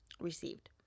Received